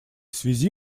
связи